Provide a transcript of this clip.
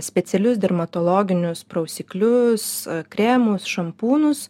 specialius dermatologinius prausiklius kremus šampūnus